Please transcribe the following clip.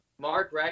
Mark